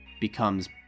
Becomes